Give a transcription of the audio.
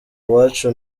wacu